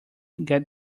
get